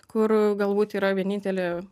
kur galbūt yra vienintelė